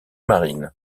marines